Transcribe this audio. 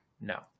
No